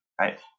right